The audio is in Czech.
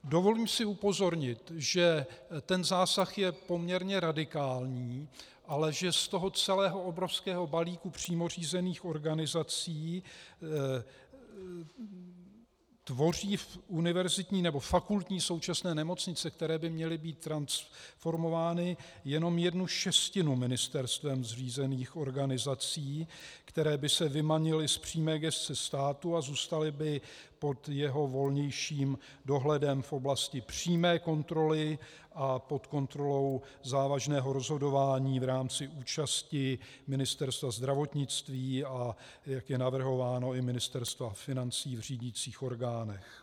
Dovolím si upozornit, že ten zásah je poměrně radikální, ale že z toho celého obrovského balíku přímo řízených organizací tvoří současné fakultní nemocnice, které by měly být transformovány, jenom jednu šestinu ministerstvem zřízených organizací, které by se vymanily z přímé gesce státu a zůstaly by pod jeho volnějším dohledem v oblasti přímé kontroly a pod kontrolou závažného rozhodování v rámci účasti Ministerstva zdravotnictví, a jak je navrhováno, i Ministerstva financí v řídicích orgánech.